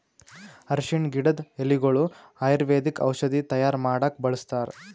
ಅರ್ಷಿಣ್ ಗಿಡದ್ ಎಲಿಗೊಳು ಆಯುರ್ವೇದಿಕ್ ಔಷಧಿ ತೈಯಾರ್ ಮಾಡಕ್ಕ್ ಬಳಸ್ತಾರ್